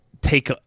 Take